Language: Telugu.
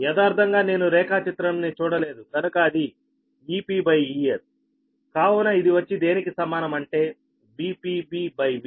యదార్ధంగా నేను రేఖాచిత్రం ని చూడలేదు కనుక అది Ep Es కావున ఇది వచ్చి దేనికి సమానం అంటే VpB Vs